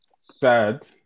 sad